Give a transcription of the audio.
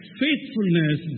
faithfulness